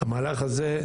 המהלך הזה,